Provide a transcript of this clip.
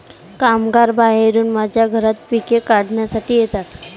कामगार बाहेरून माझ्या घरात पिके काढण्यासाठी येतात